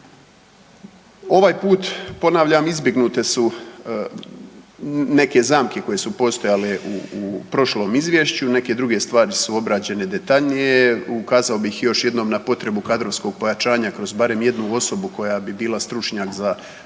Ovaj put ponavljam izbjegnute su neke zamke koje su postojale u prošlom izvješću, neke druge stvari su obrađene detaljnije. Ukazao bih još jednom potrebu kadrovskog pojačanja kroz barem jednu osobu koja bi bila stručnjak ili